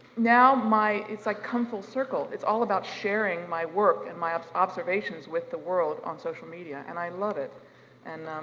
now my, it's like come full circle. it's all about sharing my work and my observations with the world on social media and i love it and